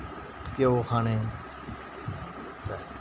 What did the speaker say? घ्यो खाने ते